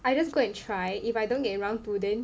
I just go and try if I don't get in round two then